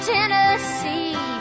Tennessee